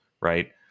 Right